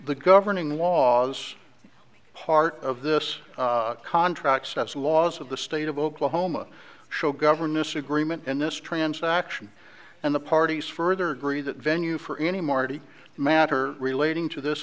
the governing laws part of this contract sets of laws of the state of oklahoma show governess agreement in this transaction and the parties further agree that venue for any martie matter relating to this